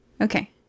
Okay